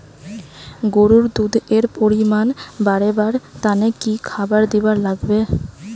গরুর দুধ এর পরিমাণ বারেবার তানে কি খাবার দিবার লাগবে?